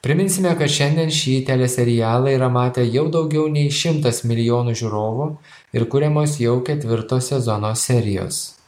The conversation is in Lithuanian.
priminsime kad šiandien šį teleserialą yra matę jau daugiau nei šimtas milijonų žiūrovų ir kuriamos jau ketvirto sezono serijos